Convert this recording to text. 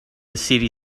city